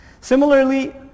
Similarly